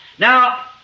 Now